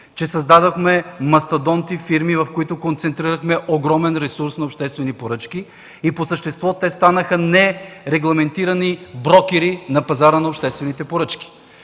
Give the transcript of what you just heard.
че създадохме мастодонти-фирми, в които концентрирахме огромен ресурс на обществени поръчки и по същество станаха нерегламентирани брокери на пазара на обществените поръчки.